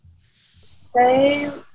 say